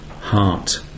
heart